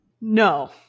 No